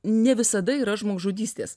ne visada yra žmogžudystės